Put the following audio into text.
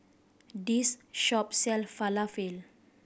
this shop sell Falafel